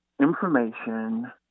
information